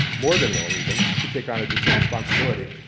more than willing even, to take on additional responsibility.